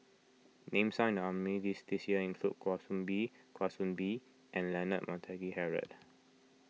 names this year include Kwa Soon Bee Kwa Soon Bee and Leonard Montague Harrod